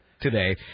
today